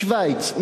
משווייץ,